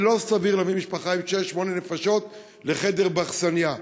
לא סביר להביא משפחה עם שש שמונה נפשות לחדר באכסניה.